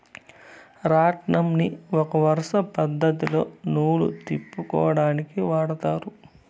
రాట్నంని ఒక వరుస పద్ధతిలో నూలు తిప్పుకొనేకి వాడతారు